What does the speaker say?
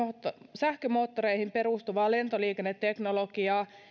sähkömoottoreihin perustuvaa lentoliikenneteknologiaa